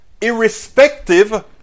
irrespective